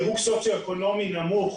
בדירוג סוציו-אקונומי נמוך,